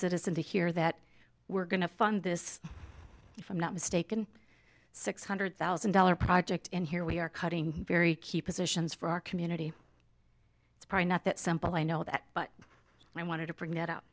citizen to hear that we're going to fund this if i'm not mistaken six hundred thousand dollars project and here we are cutting very key positions for our community it's not that simple i know that but i wanted to bring